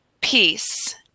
peace